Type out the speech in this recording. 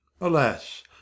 Alas